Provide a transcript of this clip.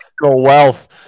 wealth